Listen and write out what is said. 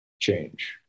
change